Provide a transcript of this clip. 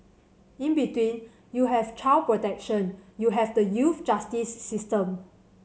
in between you have child protection you have the youth justice system